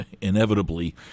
inevitably